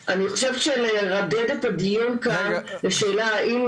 אני חושבת שלרדד את השאלה האם